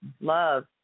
love